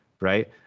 Right